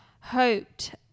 hoped